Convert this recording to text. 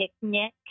picnic